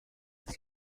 است